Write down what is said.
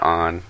on